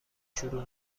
شروع